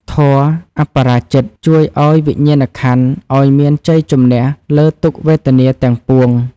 ធម៌ "អបរាជិត" ជួយឱ្យវិញ្ញាណក្ខន្ធឲ្យមានជ័យជម្នះលើទុក្ខវេទនាទាំងពួង។